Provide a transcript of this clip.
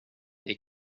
est